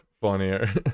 funnier